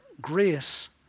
grace